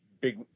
big –